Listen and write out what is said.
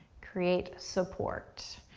create support.